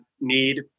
need